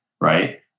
right